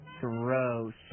Gross